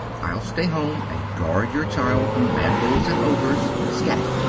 i'll stay home and guard your child from vandals and ogres. scat!